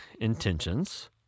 intentions